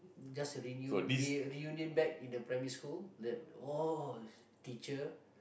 just a reun~ reunion back in the primary school that oh teacher